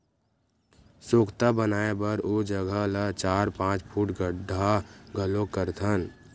सोख्ता बनाए बर ओ जघा ल चार, पाँच फूट गड्ढ़ा घलोक करथन